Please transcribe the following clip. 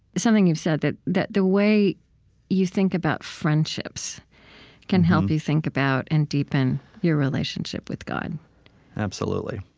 something you've said that that the way you think about friendships can help you think about and deepen your relationship with god absolutely.